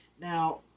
Now